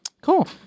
Cool